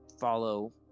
follow